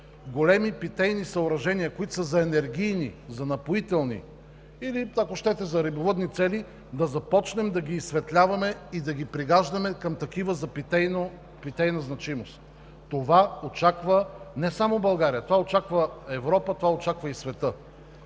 големи питейни съоръжения, които са за енергийни, за напоителни или, ако щете, за рибовъдни цели да започнем да ги изсветляваме и да ги пригаждаме към такива за питейна значимост. Това очаква не само България, това очаква Европа, това очаква и света.